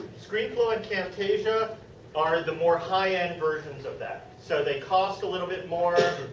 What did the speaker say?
screenflow and camtasia are the more high end version of that. so, they cost a little bit more.